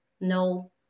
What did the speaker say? no